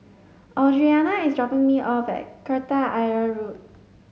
Audriana is dropping me off at Kreta Ayer Road